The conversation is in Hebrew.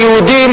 על יהודים,